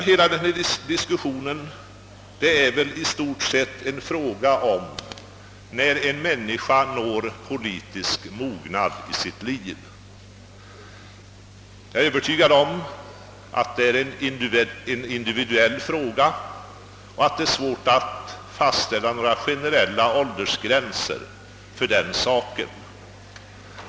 Hela denna diskussion gäller väl i stort sett frågan när en människa når politisk mognad i sitt liv. Jag är övertygad om att detta är individuellt och att det är svårt att fastställa några generella åldersgränser härvidlag.